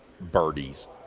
birdies